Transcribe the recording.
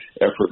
effort